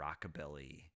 rockabilly